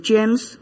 James